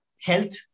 health